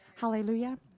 Hallelujah